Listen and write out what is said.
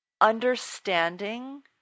understanding